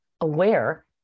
aware